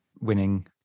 winning